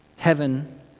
Heaven